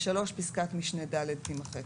(3) פסקת משנה (ד) תימחק.